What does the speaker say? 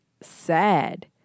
sad